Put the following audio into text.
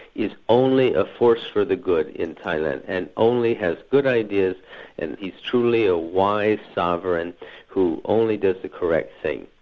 is only a force for the good in thailand, and only has good ideas and he's truly a wise sovereign who only does the correct thing.